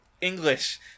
English